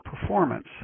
performance